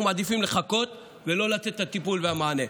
מעדיפים לחכות ולא לתת את הטיפול והמענה.